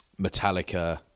Metallica